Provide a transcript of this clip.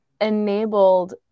enabled